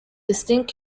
distinct